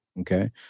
okay